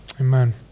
amen